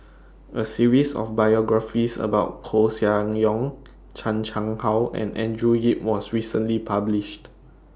A series of biographies about Koeh Sia Yong Chan Chang How and Andrew Yip was recently published